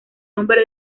hombre